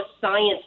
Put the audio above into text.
science